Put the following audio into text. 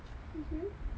mmhmm